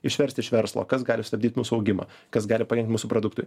išversti iš verslo kas gali stabdyt mūsų augimą kas gali pakenkt mūsų produktui